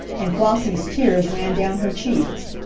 and flossie's tears ran down her cheeks.